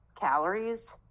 calories